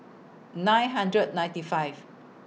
nine hundred ninety five